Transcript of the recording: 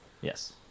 Yes